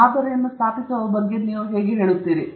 ಮಾದರಿಯನ್ನು ಸ್ಥಾಪಿಸುವ ಬಗ್ಗೆ ನೀವು ಹೇಗೆ ಹೋಗಿದ್ದೀರಿ